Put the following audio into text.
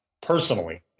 personally